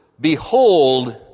Behold